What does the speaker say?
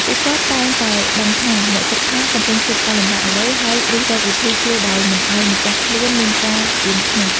ពួកគាត់តែងតែដឹងថា អ្នកជិតខាងកំពុងជួបការលំបាកអ្វី ហើយរិះរកវិធីជួយដោយមិនឱ្យម្ចាស់ខ្លួនមានការអៀនខ្មាស។